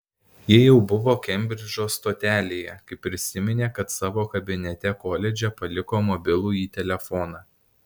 ji jau buvo kembridžo stotelėje kai prisiminė kad savo kabinete koledže paliko mobilųjį telefoną